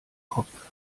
kopf